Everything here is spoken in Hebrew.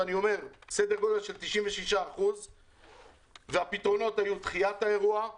סדר גודל של 96%. הפתרונות היו דחיית האירוע;